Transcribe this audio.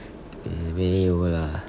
um 没有 lah